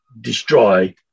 destroy